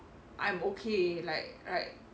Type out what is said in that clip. I'm okay like like